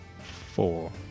Four